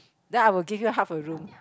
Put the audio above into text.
then I will give you half a room